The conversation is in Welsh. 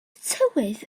tywydd